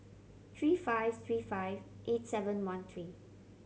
three five three five eight seven one three